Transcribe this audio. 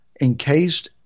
encased